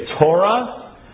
Torah